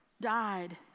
died